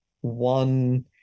one